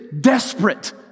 desperate